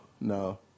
no